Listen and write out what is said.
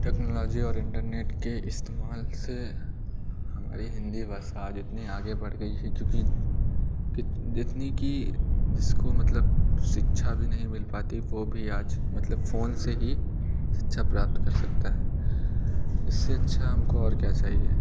technology और internet के इस्तेमाल से हमारी हिन्दी भाषा आज इतनी आगे बढ़ गई है क्योंकि जितनी की जिसको मतलब शिक्षा भी नहीं मिल पाती वो भी आज मतलब फ़ोन से ही शिक्षा प्राप्त कर सकता है इससे अच्छा हम को और क्या चाहिए